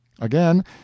Again